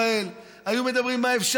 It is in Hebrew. היו מדברים על האתגרים של ישראל,